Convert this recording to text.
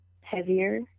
heavier